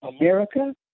America